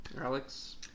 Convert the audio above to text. Alex